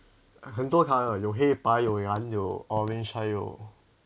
很多 colour 有黑白有蓝有 orange 还有